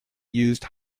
used